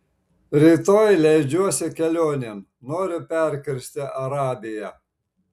rytoj leidžiuosi kelionėn noriu perkirsti arabiją